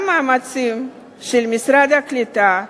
גם המאמצים של משרד הקליטה,